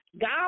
God